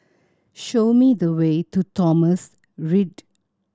show me the way to Thomson Ridge